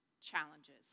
challenges